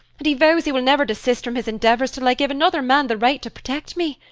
and he vows he will never desist from his endeavors till i give another man the right to protect me.